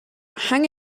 hang